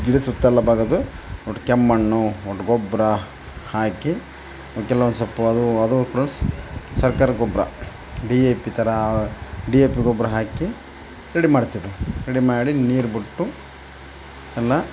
ಗಿಡದ ಸುತ್ತ ಎಲ್ಲ ಬಗೆದು ಒಟ್ಟು ಕೆಮ್ಮಣ್ಣು ಒಟ್ಟು ಗೊಬ್ರ ಹಾಕಿ ಒಂದು ಕೆಲವೊಂದು ಸ್ವಲ್ಪ ಅದು ಅದು ಪ್ಲಸ್ ಸರ್ಕಾರ ಗೊಬ್ರ ಡಿ ಎ ಪಿ ಥರ ಡಿ ಎ ಪಿ ಗೊಬ್ರ ಹಾಕಿ ರೆಡಿ ಮಾಡ್ತಿದ್ವಿ ರೆಡಿ ಮಾಡಿ ನೀರು ಬಿಟ್ಟು ಎಲ್ಲ